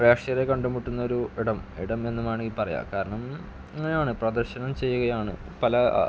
പ്രേക്ഷകരെ കണ്ട് മുട്ടുന്നൊരു ഇടം ഇടമെന്നു വേണമെങ്കിൽ പറയാം കാരണം ഇങ്ങനെയാണ് പ്രദർശനം ചെയ്യുകയാണ് പല